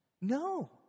no